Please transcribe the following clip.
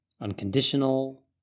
Unconditional